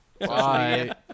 Bye